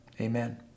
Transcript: amen